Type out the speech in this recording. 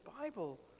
Bible